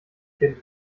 kind